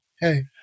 hey